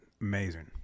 amazing